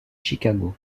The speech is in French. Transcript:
chicago